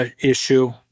issue